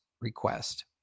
request